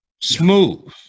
smooth